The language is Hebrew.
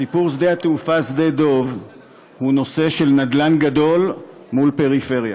סיפור שדה-התעופה דב הוא נושא של נדל"ן גדול מול פריפריה,